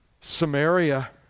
Samaria